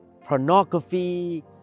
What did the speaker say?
pornography